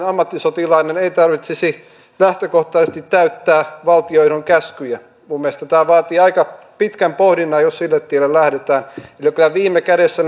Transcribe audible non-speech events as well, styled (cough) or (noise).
ammattisotilaiden ei tarvitsisi lähtökohtaisesti täyttää valtiojohdon käskyjä mielestäni tämä vaatii aika pitkän pohdinnan jos sille tielle lähdetään ja kyllä viime kädessä (unintelligible)